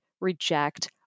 reject